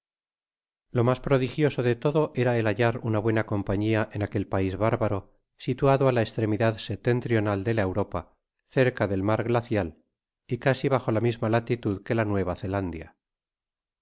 lo mas prodigioso de todo era el hallar una buena compañia en aquel pais bárbaro situado á la estremidad septentrional de la europa cerca del mar glacial y casi bajo la misma latitud que la nueva zelandia